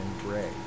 gray